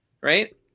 Right